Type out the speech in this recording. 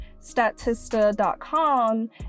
Statista.com